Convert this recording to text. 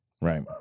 Right